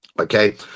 Okay